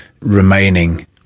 remaining